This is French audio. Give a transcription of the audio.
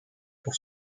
pour